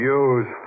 use